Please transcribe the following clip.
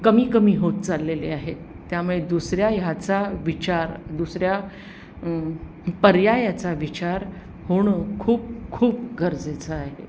कमी कमी होत चाललेले आहेत त्यामुळे दुसऱ्या ह्याचा विचार दुसऱ्या पर्यायाचा विचार होणं खूप खूप गरजेचं आहे